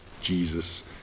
Jesus